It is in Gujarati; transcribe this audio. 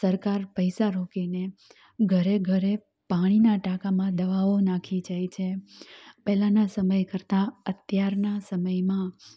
સરકાર પૈસા રોકીને ઘરે ઘરે પાણીના ટાંકામાં દવાઓ નાંખી જાય છે પહેલાના સમય કરતાં અત્યારના સમયમાં